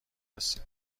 رسید